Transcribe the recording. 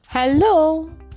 Hello